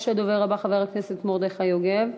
הדובר הבא חבר הכנסת מרדכי יוגב.